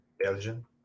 Belgian